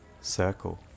Circle